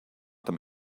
them